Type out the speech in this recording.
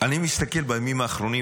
אני מסתכל בימים האחרונים,